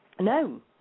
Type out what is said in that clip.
No